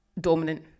dominant